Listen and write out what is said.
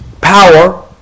power